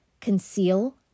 conceal